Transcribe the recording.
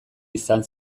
izan